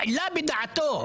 העלה בדעתו,